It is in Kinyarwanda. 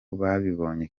babibonye